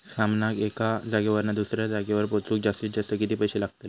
सामानाक एका जागेवरना दुसऱ्या जागेवर पोचवूक जास्तीत जास्त किती पैशे लागतले?